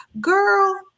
girl